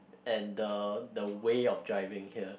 and the the way of driving here